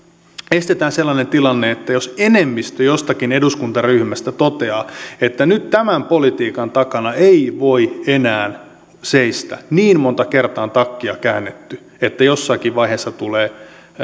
estetään sellainen tilanne että jos enemmistö jostakin eduskuntaryhmästä toteaa että nyt tämän politiikan takana ei voi enää seistä niin monta kertaa on takkia käännetty että jossakin vaiheessa tulee